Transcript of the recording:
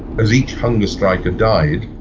as each hunger striker died,